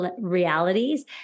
realities